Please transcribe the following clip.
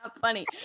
funny